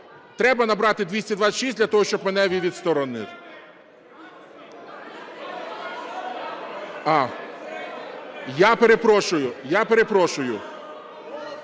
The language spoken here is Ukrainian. Треба набрати 226 для того, щоб мене відсторонити. Я перепрошую,